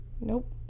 nope